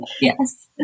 Yes